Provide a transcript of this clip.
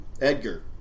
Edgar